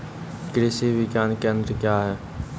कृषि विज्ञान केंद्र क्या हैं?